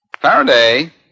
Faraday